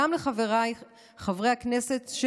גם לחבריי חברי הכנסת,